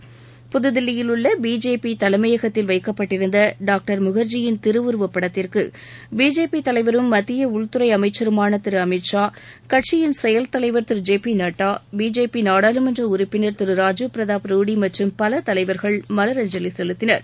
வைக்கப்பட்டிருந்த புதுதில்லியிலுள்ள பிஜேபி தலைமையகத்தில் டாக்டர் முகர்ஜியின் திருவுருவப்படத்திற்கு பிஜேபி தலைவரும் மத்திய உள்துறை அமைச்சருமாள திரு அமித் ஷா கட்சியின் செயல்தலைவர் திரு ஜே பி நட்டா பிஜேபி நாடாளுமன்ற உறுப்பினர் திரு ராஜீவ் பிரதாப் ரூடி மற்றம் பல தலைவர்கள் மலர் அஞ்சலி செலுத்தினர்